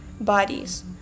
bodies